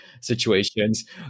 situations